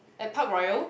at Park-Royal